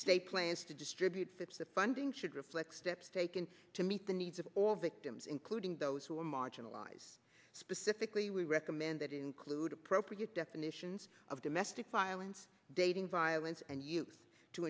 say plans to distribute fits the funding should reflect steps taken to meet the needs of all victims including those who are marginalized specifically we recommend that include appropriate definitions of domestic violence dating violence and you to